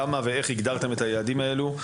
למה ואיך הגדרתם את היעדים האלה?